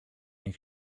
ich